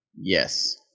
Yes